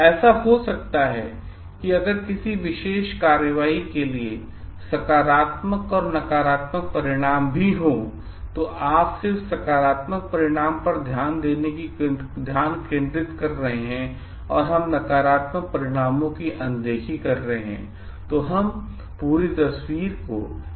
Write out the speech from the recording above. ऐसा हो सकता है अगर किसी विशेष कार्रवाई के लिए सकारात्मक और नकारात्मक परिणाम भी हों तो आप सिर्फ सकारात्मक परिणाम पर ध्यान केंद्रित कर रहे हैं और हम नकारात्मक परिणामों की अनदेखी कर रहे हैं हम पूरी तस्वीर को एक साथ नहीं देख पा रहे हैं